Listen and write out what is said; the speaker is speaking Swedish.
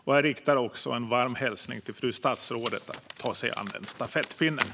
Jag riktar också en varm hälsning till fru statsrådet att ta sig an den stafettpinnen.